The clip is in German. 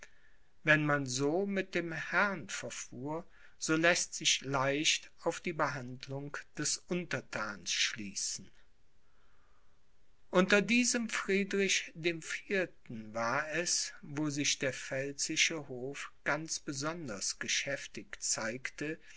wenn man so mit dem herrn verfuhr so läßt sich leicht auf die behandlung des unterthans schließen unter diesem friedrich dem vierten war es wo sich der pfälzische hof ganz besonders geschäftig zeigte